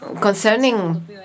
Concerning